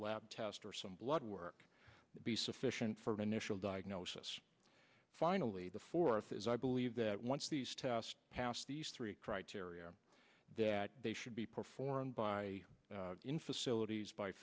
lab test or some blood work be sufficient for an initial diagnosis finally the fourth is i believe that once these tests pass these three criteria that they should be performed by in facilities by